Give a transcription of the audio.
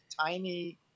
tiny